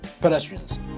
Pedestrians